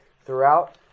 throughout